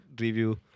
review